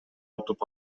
утуп